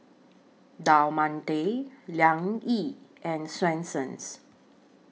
Del Monte Liang Yi and Swensens